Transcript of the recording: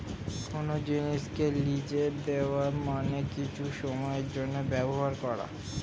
কোন জিনিসকে লিজে দেওয়া মানে কিছু সময়ের জন্যে ব্যবহার করা